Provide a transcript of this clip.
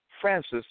Francis